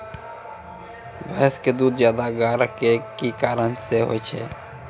भैंस के दूध ज्यादा गाढ़ा के कि कारण से होय छै?